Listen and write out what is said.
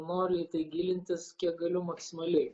noriu gilintis kiek galiu maksimaliai